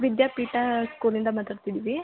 ವಿದ್ಯಾ ಪೀಠ ಸ್ಕೂಲಿಂದ ಮಾತಾಡ್ತಿದೀವಿ